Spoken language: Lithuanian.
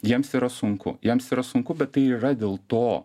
jiems yra sunku jiems yra sunku bet tai ir yra dėl to